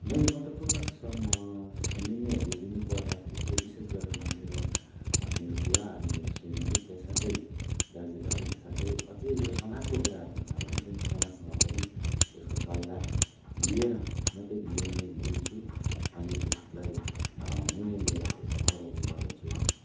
मैले महत्त्वपूर्णसम्म निर्णयहरूले लिनु पर्दाखेरि चाहिँ विशेष गरेर म मेरो मेरो बुवा अनि मेरो श्रीमती साथै दाजु भाइ साथै अझ यो समाजको कुराहरूमा छ भने चाहिँ म समाजसँग पनि यसको सल्लाह लिएर मात्र निर्णय लिन्छु अनि त्यसलाई निर्णय लिएर त्यसलाई चलाउने गर्दछु